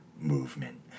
movement